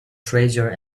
treasure